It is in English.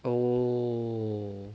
oh